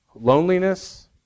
Loneliness